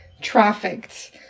trafficked